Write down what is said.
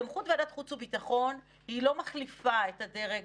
סמכות ועדת חוץ וביטחון, היא לא מחליפה את הדרג